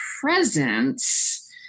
presence